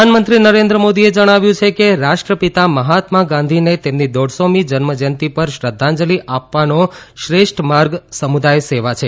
પ્રધાનમંત્રી નરેન્દ્ર મોદીએ જણાવ્યું છે કે રાષ્ટ્રપિતા મહાત્મા ગાંધીને તેમની દોઢસોમી જન્મજયંતિ પર શ્રદ્ધાંજલિ આપવાનો શ્રેષ્ઠ માર્ગ સમુદાય સેવા છે